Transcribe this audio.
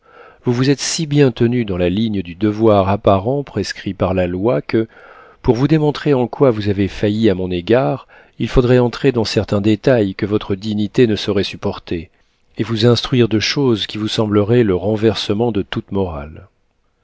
vous vous êtes si bien tenue dans la ligne du devoir apparent prescrit par la loi que pour vous démontrer en quoi vous avez failli à mon égard il faudrait entrer dans certains détails que votre dignité ne saurait supporter et vous instruire de choses qui vous sembleraient le renversement de toute morale